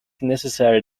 necessary